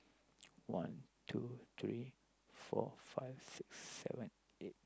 one two three four five six seven eight